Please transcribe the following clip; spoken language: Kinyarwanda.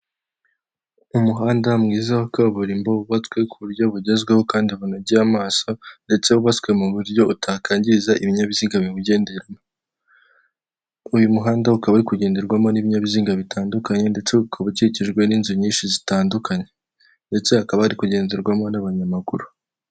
Umuhanda mwiza wa kaburimbo wubatswe ku buryo bugezweho kandi bunogeye amaso ndetse wubatswe mu buryo utakangiza ibinyabiziga biwugenderamo, uyu muhanda ukaba uri kugenderwamo n'ibinyabiziga bitandukanye ndetse ukaba ukikijwe n'inzu nyinshi zitandukanye ndetse hakaba hari kugenderwamo n'abanyamaguru.